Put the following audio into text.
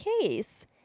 case